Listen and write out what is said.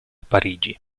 parigi